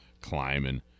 climbing